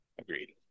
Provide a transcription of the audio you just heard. agreed